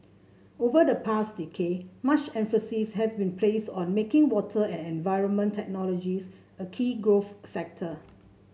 over the past decade much emphasis has been placed on making water and environment technologies a key growth sector